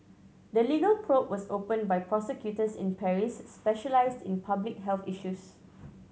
the legal probe was opened by prosecutors in Paris specialised in public health issues